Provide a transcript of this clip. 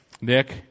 Nick